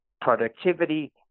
productivity